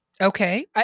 Okay